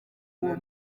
uwo